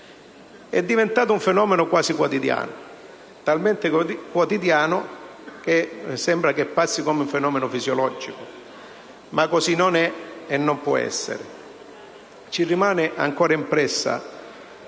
È diventato un fenomeno quasi quotidiano, tant'è che sembra che passi come un fenomeno fisiologico. Ma così non è e non può essere. È ancora impressa